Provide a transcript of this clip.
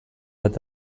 bat